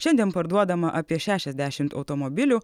šiandien parduodama apie šašiasdešimt automobilių